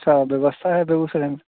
सब व्यवस्था है बेगूसराय में